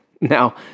Now